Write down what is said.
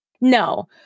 No